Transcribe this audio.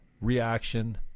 reaction